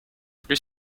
plus